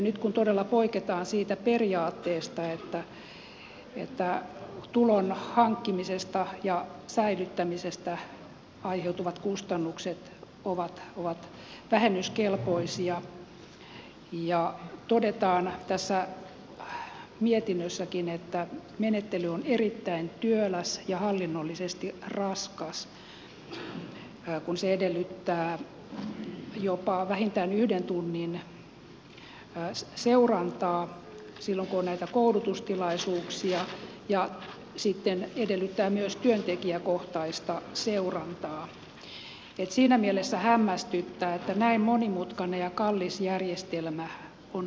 nyt kun todella poiketaan siitä periaatteesta että tulon hankkimisesta ja säilyttämisestä aiheutuvat kustannukset ovat vähennyskelpoisia ja todetaan tässä mietinnössäkin että menettely on erittäin työläs ja hallinnollisesti raskas kun se edellyttää jopa vähintään yhden tunnin seurantaa silloin kun on näitä koulutustilaisuuksia ja sitten edellyttää myös työntekijäkohtaista seurantaa siinä mielessä hämmästyttää että näin monimutkainen ja kallis järjestelmä on luotu